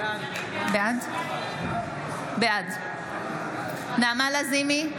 בעד נעמה לזימי,